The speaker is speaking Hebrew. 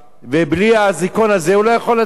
ובלי האזיקון הזה הוא לא יכול לצאת,